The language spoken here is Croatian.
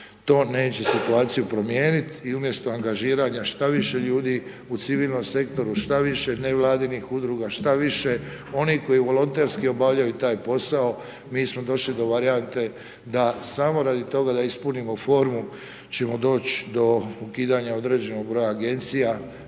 To neće situaciju promijeniti i umjesto angažiranja šta više ljudi u civilnom sektoru što više nevladinih udruga, što više onih koji volontersko obavljaju taj posao, mi smo došli do varijante da samo radi toga da ispunimo formu, ćemo doći do ukidanja određenog broja agencija